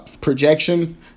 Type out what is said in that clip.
projection